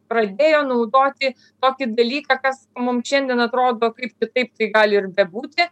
pradėjo naudoti tokį dalyką kas mum šiandien atrodo kaip kitaip tai gali ir bebūti